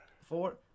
Four